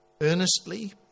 earnestly